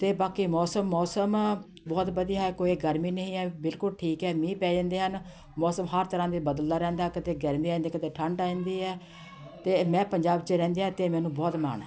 ਅਤੇ ਬਾਕੀ ਮੌਸਮ ਮੌਸਮ ਬਹੁਤ ਵਧੀਆ ਹੈ ਕੋਈ ਗਰਮੀ ਨਹੀਂ ਹੈ ਬਿਲਕੁਲ ਠੀਕ ਹੈ ਮੀਂਹ ਪੈ ਜਾਂਦੇ ਹਨ ਮੌਸਮ ਹਰ ਤਰ੍ਹਾਂ ਦੇ ਬਦਲਦਾ ਰਹਿੰਦਾ ਕਿਤੇ ਗਰਮੀ ਆ ਜਾਂਦੀ ਅਤੇ ਕਿਤੇ ਠੰਡ ਆ ਜਾਂਦੀ ਹੈ ਅਤੇ ਮੈਂ ਪੰਜਾਬ 'ਚ ਰਹਿੰਦੀ ਹਾਂ ਅਤੇ ਮੈਨੂੰ ਬਹੁਤ ਮਾਣ ਹੈ